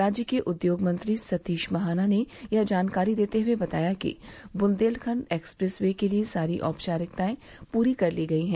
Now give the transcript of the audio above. राज्य के उद्योग मंत्री सतीश महाना ने यह जोनकारी देते हुए बताया कि बुंदेलखंड एक्सप्रेस वे के लिए सारी औपचारिकतायें पूरी कर ली गयी हैं